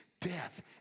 death